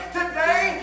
today